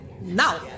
now